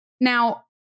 now